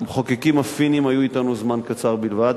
המחוקקים הפינים היו אתנו זמן קצר בלבד,